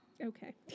Okay